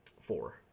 Four